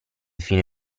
fino